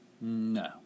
No